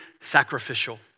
sacrificial